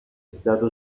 stato